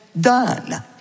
done